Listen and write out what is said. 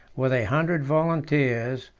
with a hundred volunteers,